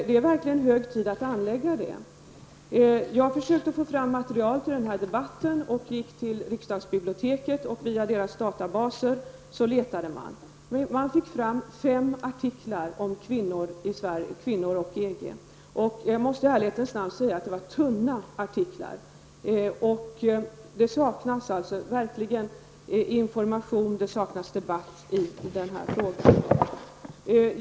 Det är verkligen hög tid att anlägga ett sådant. Jag har försökt att få fram material till denna debatt. Jag gick då till riksdagsbiblioteket, och via deras databaser letade man. Man fick fram fem artiklar om kvinnor och EG. Jag måste i ärlighetens namn säga att det var tunna artiklar. Det saknas alltså information och debatt i denna fråga.